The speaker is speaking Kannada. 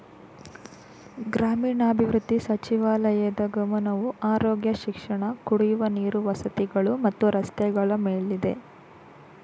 ಗ್ರಾಮೀಣಾಭಿವೃದ್ಧಿ ಸಚಿವಾಲಯದ್ ಗಮನವು ಆರೋಗ್ಯ ಶಿಕ್ಷಣ ಕುಡಿಯುವ ನೀರು ವಸತಿಗಳು ಮತ್ತು ರಸ್ತೆಗಳ ಮೇಲಿದೆ